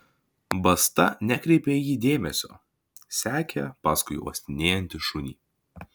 basta nekreipė į jį dėmesio sekė paskui uostinėjantį šunį